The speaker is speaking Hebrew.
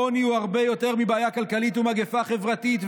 העוני הוא הרבה יותר מבעיה כלכלית ומגפה חברתית.